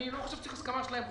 אני לא חושב שצריך הסכמה שלהם.